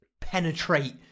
penetrate